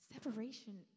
separation